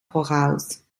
voraus